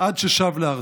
עד ששב לארצו.